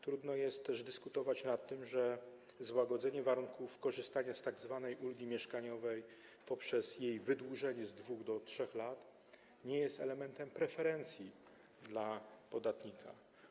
Trudno jest też dyskutować nad tym, że złagodzenie warunków korzystania z tzw. ulgi mieszkaniowej poprzez jej wydłużenie z 2 do 3 lat nie jest elementem preferencji dla podatnika.